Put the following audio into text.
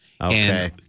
Okay